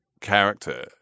character